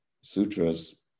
Sutras